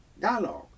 dialogue